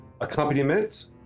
accompaniment